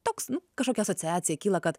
toks nu kažkokia asociacija kyla kad